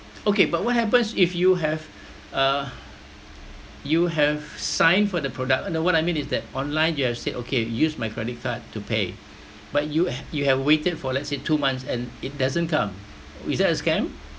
okay but what happens if you have uh you have signed for the product no what I mean is that online you have said okay use my credit card to pay but you you have waited for let's say two months and it doesn't come is that a scam